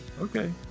Okay